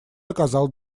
оказал